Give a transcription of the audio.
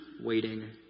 waiting